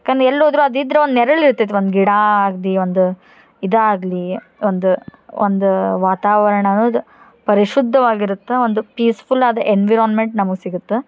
ಏಕನ್ ಎಲ್ಲಿ ಹೋದ್ರು ಅದು ಇದ್ರೆ ಒಂದು ನೆರಳು ಇರ್ತೈತೆ ಒಂದು ಗಿಡ ಆಗಲಿ ಒಂದು ಇದಾಗಲಿ ಒಂದು ಒಂದು ವಾತಾವರಣ ಅನುದು ಪರಿಶುದ್ಧವಾಗಿರತ್ತೆ ಒಂದು ಪೀಸ್ಫುಲ್ ಆದ ಎನ್ವಿರಾನ್ಮೆಂಟ್ ನಮಗೆ ಸಿಗತ್ತೆ